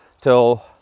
till